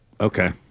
okay